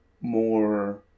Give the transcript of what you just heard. more